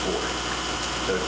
for that